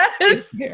Yes